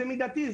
שזה מידתי,